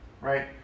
right